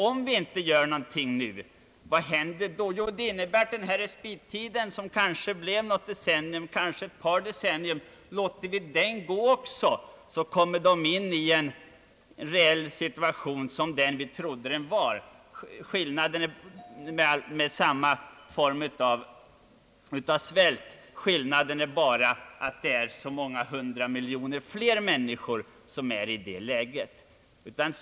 Om vi inte gör någonting nu kan det hända att respittiden som kanske är ett eller ett par årtionden också går utan att bli till nytta. Därmed förs länderna in i en situation av fortsatt svält. Skillnaden är bara att det nästa gång är så många hundra miljoner fler människor som är i detta läge.